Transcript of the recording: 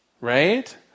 Right